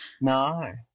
No